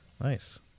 nice